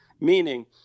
Meaning